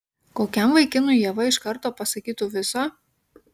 kokiam vaikinui ieva iš karto pasakytų viso